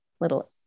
little